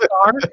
star